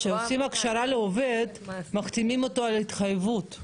כשעושים הכשרה לעובד מחתימים אותו על התחייבות,